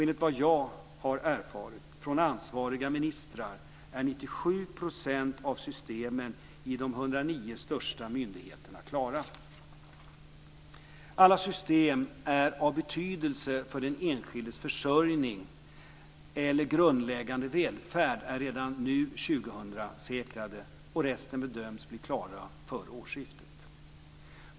Enligt vad jag har erfarit från ansvariga ministrar är 97 % av systemen i de 109 största myndigheterna klara. Alla system som är av betydelse för den enskildes försörjning eller grundläggande välfärd är redan nu 2000-säkrade, och resten bedöms bli klara före årsskiftet.